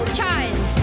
child